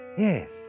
Yes